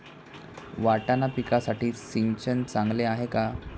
वाटाणा पिकासाठी सिंचन चांगले आहे का?